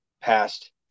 past